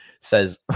says